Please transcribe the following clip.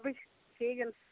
सबकिश ठीक न